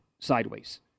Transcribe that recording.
sideways